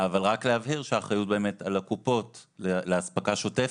אבל רק להבהיר שהאחריות על הקופות לאספקה שוטפת.